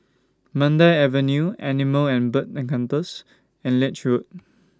Mandai Avenue Animal and Bird Encounters and Lange Road